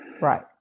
Right